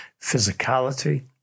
physicality